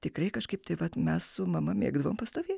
tikrai kažkaip tai va mes su mama mėgdavome pastovėti